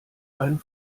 einen